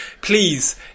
Please